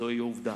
זוהי עובדה.